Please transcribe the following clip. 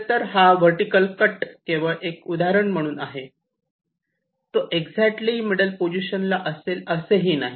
खरेतर हा vertical cut केवळ एक उदाहरण म्हणून आहे तो एक्झॅक्टली मिडल पोझिशनला असेल असेही नाही